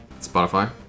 Spotify